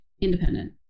independent